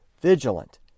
vigilant